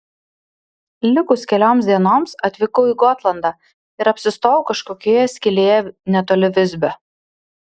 likus kelioms dienoms atvykau į gotlandą ir apsistojau kažkokioje skylėje netoli visbio